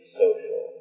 social